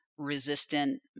Resistant